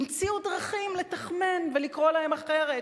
המציאו דרכים לתכמן ולקרוא להם אחרת.